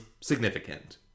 significant